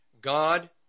God